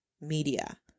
media